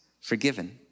forgiven